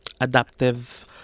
adaptive